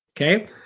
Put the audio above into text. Okay